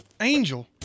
Angel